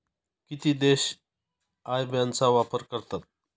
किती देश IBAN चा वापर करतात?